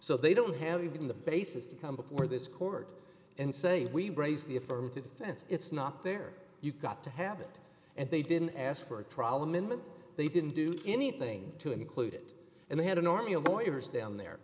so they don't have even the basis to come before this court and say we raise the affirmative defense it's not there you've got to have it and they didn't ask for a trial amendment they didn't do anything to include it and they had an army of lawyers down there